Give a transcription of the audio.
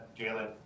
Jalen